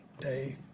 day